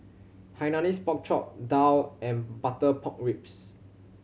Hainanese Pork Chop daal and butter pork ribs